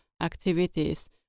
activities